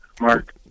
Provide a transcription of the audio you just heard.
Mark